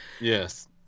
Yes